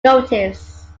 motives